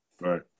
Right